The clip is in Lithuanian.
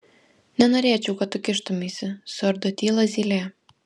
nenorėčiau kad tu kištumeisi suardo tylą zylė